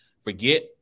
forget